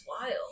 wild